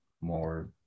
more